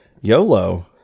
YOLO